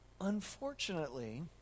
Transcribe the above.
Unfortunately